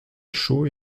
chauds